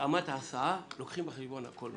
התאמת ההסעה לוקחים בחשבון הכול.